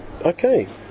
Okay